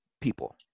people